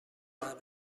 مادر